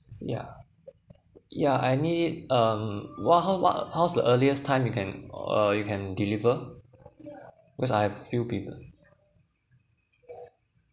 yeah yeah I need um what how what how's the earliest time you can uh you can deliver because I have few people